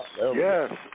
Yes